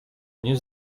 nie